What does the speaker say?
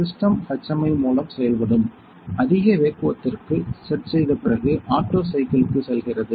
system HMI மூலம் செயல்படும் அதிக வேக்குவத்த்திற்குப் செட் செய்த பிறகு ஆட்டோ சைக்கிளுக்கு செல்கிறது